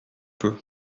peu